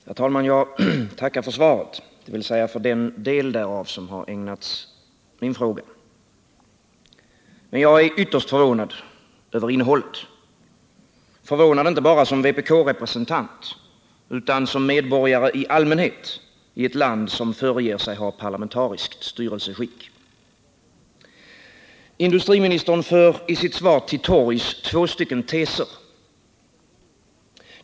Herr talman! Jag tackar för svaret, dvs. för den del därav som ägnats min fråga. Men jag är ytterst förvånad över innehållet — förvånad inte bara som vpkare utan som medborgare i allmänhet i ett land som föreges ha ett parlamentariskt styrelseskick. Industriministern för i sitt svar till torgs två teser.